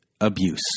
abuse